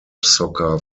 soccer